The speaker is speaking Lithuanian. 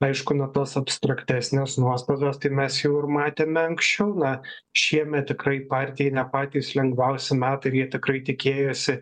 aišku na tos abstraktesnės nuostatos tai mes jau ir matėme anksčiau na šiemet tikrai partijai ne patys lengviausi metai ir jie tikrai tikėjosi